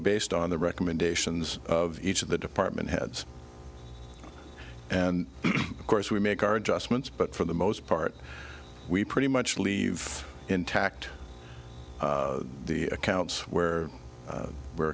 based on the recommendations of each of the department heads and of course we make our adjustments but for the most part we pretty much leave intact the accounts where